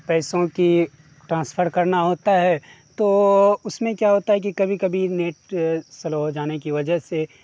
پیسوں کی ٹرانسفر کرنا ہوتا ہے تو اس میں کیا ہوتا ہے کہ کبھی کبھی نیٹ سلو ہو جانے کی وجہ سے